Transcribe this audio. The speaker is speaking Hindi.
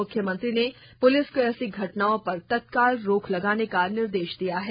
मुख्यमंत्री ने पुलिस को ऐसी घटनाओं पर तत्काल रोक लगाने का निर्देश दिया है